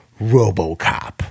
RoboCop